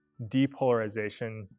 depolarization